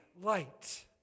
light